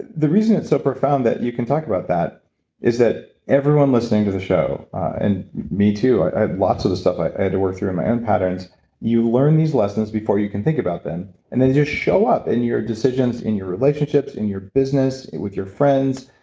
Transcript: the reason it's so profound that you can talk about that is that everyone listening to the show, and me, too, i had lots of the stuff i had to work through on my own patterns you learn these lessons before you can think about them and then they just show up in your decisions, in your relationships, in your business, with your friends,